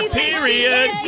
period